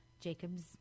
Jacob's